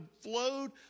flowed